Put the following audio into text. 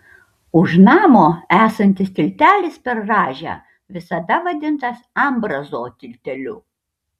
už namo esantis tiltelis per rąžę visada vadintas ambrazo tilteliu